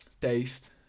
taste